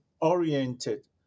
oriented